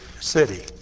city